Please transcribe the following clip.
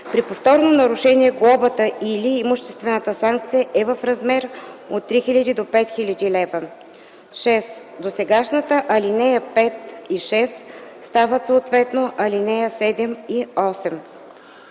При повторно нарушение глобата или имуществената санкция е в размер от 3000 до 5000 лв.” 6. Досегашните ал. 5 и 6 стават съответно ал. 7 и 8.”